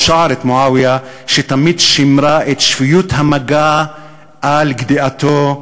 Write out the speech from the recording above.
שתמיד שימרה את שפיות המגע על גדיעתו,